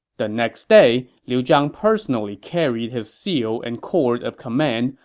the next day, liu zhang personally carried his seal and cord of command,